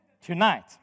tonight